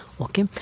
Okay